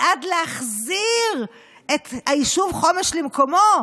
בעד להחזיר את היישוב חומש למקומו.